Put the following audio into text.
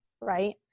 right